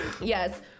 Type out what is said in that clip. Yes